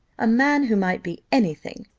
a man who might be any thing,